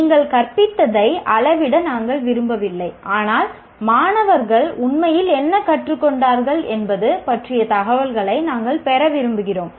நீங்கள் கற்பித்ததை அளவிட நாங்கள் விரும்பவில்லை ஆனால் மாணவர்கள் உண்மையில் என்ன கற்றுக்கொண்டார்கள் என்பது பற்றிய தகவல்களை நாங்கள் பெற விரும்புகிறோம்